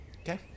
Okay